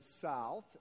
south